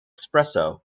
espresso